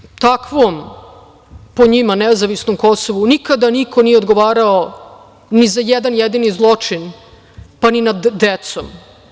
Na tom takvom po njima nezavisnom Kosovu nikada niko nije odgovarao ni za jedan jedini zločin, pa ni na decom.